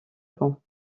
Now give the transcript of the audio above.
bon